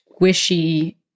squishy